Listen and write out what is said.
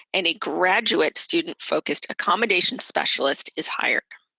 and a graduate student-focused accommodation specialist is hired.